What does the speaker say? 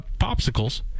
popsicles